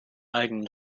eigenen